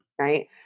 right